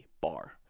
bar